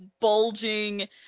bulging